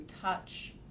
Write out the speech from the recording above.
touch